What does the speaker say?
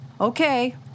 Okay